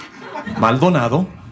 Maldonado